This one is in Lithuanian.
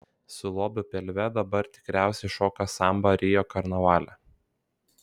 su lobiu pilve dabar tikriausiai šoka sambą rio karnavale